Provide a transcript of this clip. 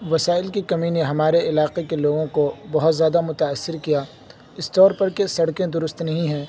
وسائل کی کمی نے ہمارے علاقے کے لوگوں کو بہت زیادہ متاثر کیا اس طور پر کہ سڑکیں درست نہیں ہیں